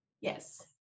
Yes